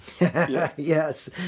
yes